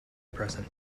present